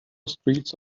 streets